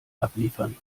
abliefern